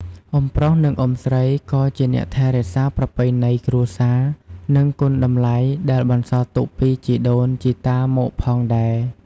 អ៊ុំប្រុស និងអ៊ុំស្រីក៏ជាអ្នកថែរក្សាប្រពៃណីគ្រួសារ និងគុណតម្លៃដែលបន្សល់ទុកពីជីដូនជីតាមកផងដែរ។